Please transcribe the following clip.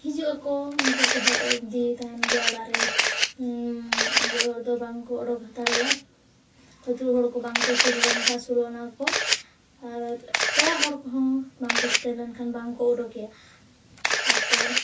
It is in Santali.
ᱦᱤᱡᱩᱜ ᱟᱠᱚ ᱩᱱᱠᱩ ᱦᱮᱡ ᱚᱵᱫᱤ ᱛᱟᱦᱮᱱ ᱜᱮᱭᱟᱭ ᱚᱲᱟᱜ ᱨᱮ ᱜᱚᱡ ᱦᱚᱲ ᱫᱚ ᱵᱟᱝ ᱠᱚ ᱚᱰᱚᱠ ᱦᱟᱛᱟᱲᱮᱭᱟ ᱟᱹᱛᱩᱨᱮᱱ ᱦᱚᱲ ᱠᱚ ᱵᱟᱝ ᱠᱚ ᱥᱩᱨ ᱞᱮᱱᱠᱷᱟᱱ ᱥᱳᱞᱳᱼᱟᱱᱟ ᱠᱚ ᱟᱨ ᱯᱮᱲᱟ ᱦᱚᱲ ᱠᱚᱦᱚᱸ ᱵᱟᱝ ᱠᱚ ᱥᱮᱴᱮᱨ ᱞᱮᱱᱠᱷᱟᱱ ᱵᱟᱝ ᱠᱚ ᱚᱰᱚᱠᱮᱭᱟ ᱛᱟᱨᱯᱚᱨ